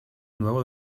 nuevo